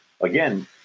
again